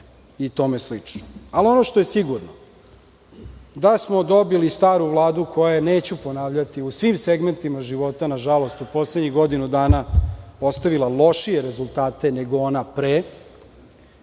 i tome slično. Ono što je sigurno je da smo dobili staru Vladu koja je, neću ponavljati, u svim segmentima života, na žalost, u poslednjih godinu dana ostavila lošije rezultate nego ona pre,